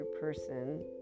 person